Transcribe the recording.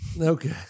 Okay